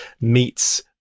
meets